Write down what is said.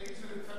נגיד שזה קצת